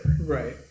Right